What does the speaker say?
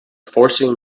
forcing